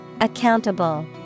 Accountable